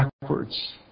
backwards